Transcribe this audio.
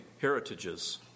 heritages